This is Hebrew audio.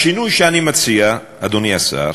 השינוי שאני מציע, אדוני השר,